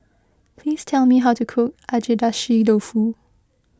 please tell me how to cook Agedashi Dofu